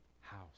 house